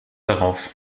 darauf